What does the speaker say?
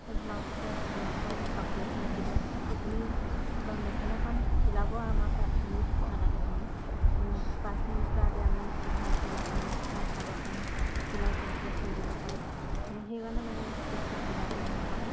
এই ব্লাউজ এটা চিলোৱা বা এই কাপোৰ এখন চিলোৱা আমি বা মেখেলাখন চিলাব আমাৰ পাঁচ মিনিট নালাগে সময় আমি পাঁচ মিনিটতে আমি মেখেলাখন বা চাদৰখন চিলাই কমপ্লিট কৰি দিব পাৰোঁ আমি সেইকাৰণে মানে বেছি চিলাইটো ভাল পাওঁ